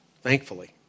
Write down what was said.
thankfully